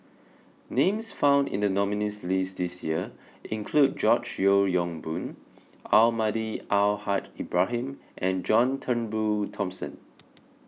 names found in the nominees' list this year include George Yeo Yong Boon Almahdi Al Haj Ibrahim and John Turnbull Thomson